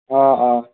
অ' অ'